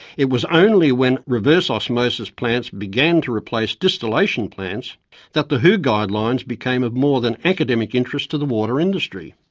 it was only when reverse osmosis plants began to replace distillation plants that the who guidelines became of more than academic interest to the water industry.